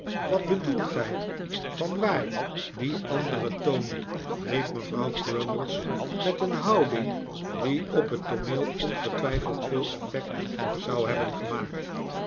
wat bedoelt gij vanwaar die andere toon riep mevrouw crummies met een houding die op het tooneel ongetwijfeld veel effect zou hebben gemaakt